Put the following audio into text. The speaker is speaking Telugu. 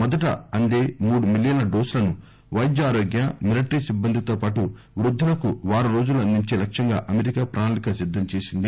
మొదట అందే మూడు మిలియన్ల డోసులను వైద్యారోగ్య మిలిటరీ సిబ్బందితో పాటు వృద్దులకు వారం రోజుల్లో అందించే లక్ష్యంగా అమెరికా ప్రణాళిక సిద్దం చేసింది